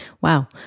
wow